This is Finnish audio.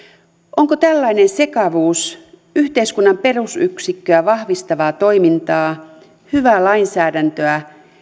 onko tällainen sekavuus yhteiskunnan perusyksikköä vahvistavaa toimintaa hyvää lainsäädäntöä